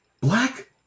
black